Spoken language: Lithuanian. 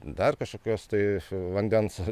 dar kažkokios tai vandens